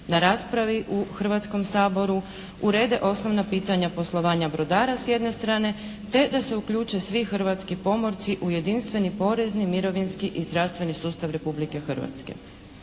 na raspravi u Hrvatskom saboru urede osnovna pitanja poslovanja brodara s jedne strane te da se uključe svi hrvatski pomorci u jedinstveni porezni, mirovinski i zdravstveni sustav Republike Hrvatske.